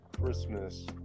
Christmas